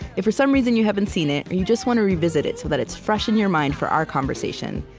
if for some reason you haven't seen it, or you just want to revisit it so that it's fresh in your mind for our conversation,